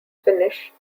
finnish